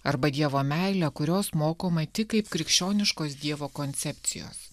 arba dievo meilė kurios mokoma tik kaip krikščioniškos dievo koncepcijos